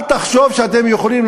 אל תחשוב שאתם יכולים.